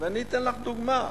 אני אתן לך דוגמה.